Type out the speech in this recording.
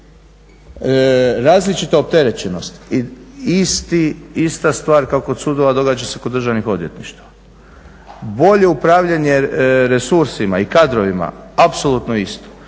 Različita opterećenost i ista stvar kao kod sudova događa se kod državnih odvjetništava. Bolje upravljanje resursima i kadrovima apsolutno isto.